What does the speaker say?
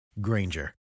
Granger